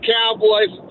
Cowboys